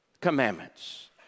commandments